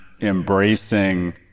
embracing